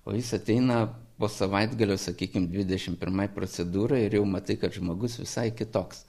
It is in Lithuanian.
o jis ateina po savaitgalio sakykim dvidešim pirmai procedūrai ir jau matai kad žmogus visai kitoks